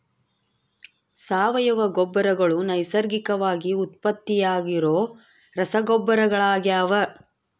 ಸಾವಯವ ಗೊಬ್ಬರಗಳು ನೈಸರ್ಗಿಕವಾಗಿ ಉತ್ಪತ್ತಿಯಾಗೋ ರಸಗೊಬ್ಬರಗಳಾಗ್ಯವ